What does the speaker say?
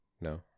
No